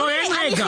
לא, אין רגע.